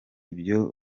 ibyo